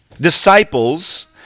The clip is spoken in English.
Disciples